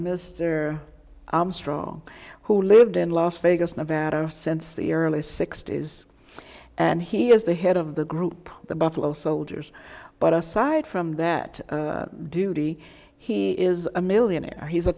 mr strong who lived in las vegas nevada since the early sixty's and he is the head of the group the buffalo soldiers but aside from that duty he is a millionaire he's a